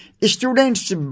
students